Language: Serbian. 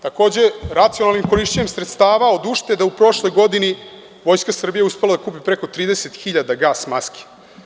Takođe, racionalnim korišćenjem sredstava od uštede u prošloj godini, Vojska Srbije je uspela da kupi preko 30 hiljada gas maski.